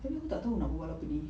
tapi aku tak tahu nak berbual apa ni